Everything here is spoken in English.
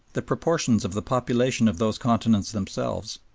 the proportions of the population of those continents themselves,